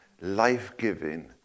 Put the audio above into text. life-giving